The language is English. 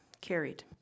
carried